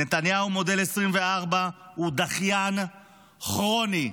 נתניהו מודל 2024 הוא דחיין כרוני.